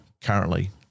currently